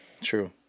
True